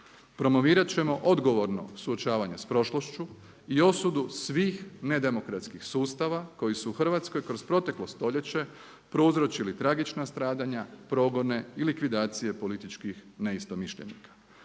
Promovirat ćemo odgovorno suočavanje s prošlošću i osudu svih nedemokratskih sustava koji su u Hrvatskoj kroz proteklo stoljeće prouzročili tragična stradanja, progone i likvidacije političkih neistomišljenika.